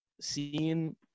seen